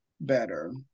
better